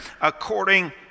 according